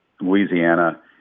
Louisiana